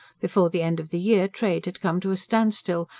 before the end of the year trade had come to a standstill,